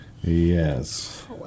Yes